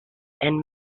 and